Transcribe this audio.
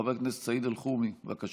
חבר הכנסת סעיד אלחרומי, בבקשה.